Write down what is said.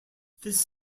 this